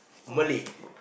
Malay